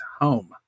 home